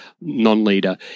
non-leader